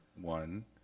one